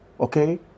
okay